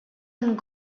and